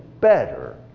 better